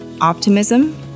optimism